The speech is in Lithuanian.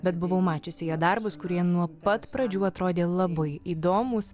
bet buvau mačiusi jo darbus kurie nuo pat pradžių atrodė labai įdomūs